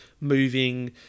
moving